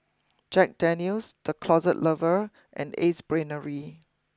Jack Daniel's the Closet Lover and Ace Brainery